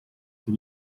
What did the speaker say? see